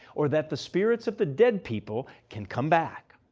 or that the spirits of the dead people can come back.